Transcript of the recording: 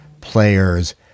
players